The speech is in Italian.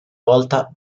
volta